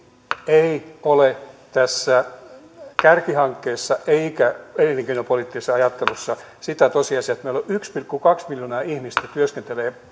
ei ole tässä kärkihankkeessa eikä elinkeinopoliittisessa ajattelussa sitä tosiasiaa että meillä yksi pilkku kaksi miljoonaa ihmistä työskentelee